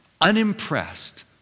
unimpressed